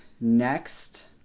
Next